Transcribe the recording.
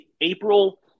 April